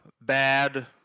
bad